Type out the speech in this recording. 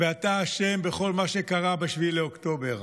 ואתה אשם בכל מה שקרה ב-7 באוקטובר.